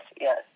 yes